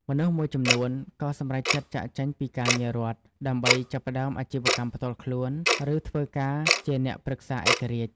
មនុស្សមួយចំនួនក៏សម្រេចចិត្តចាកចេញពីការងាររដ្ឋ ដើម្បីចាប់ផ្តើមអាជីវកម្មផ្ទាល់ខ្លួន ឬធ្វើការជាអ្នកប្រឹក្សាឯករាជ្យ ។